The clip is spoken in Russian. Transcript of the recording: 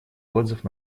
отзыв